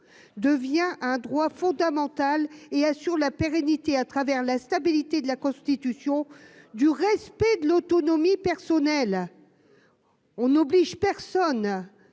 devient un droit fondamental et assure la pérennité à travers la stabilité de la constitution du respect de l'autonomie personnelle. On n'oblige personne,